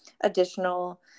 additional